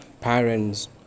parents